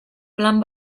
plan